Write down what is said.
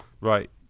right